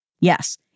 Yes